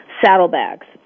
saddlebags